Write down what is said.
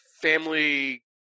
family